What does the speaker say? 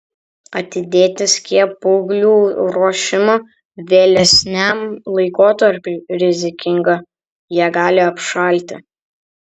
atidėti skiepūglių ruošimą vėlesniam laikotarpiui rizikinga jie gali apšalti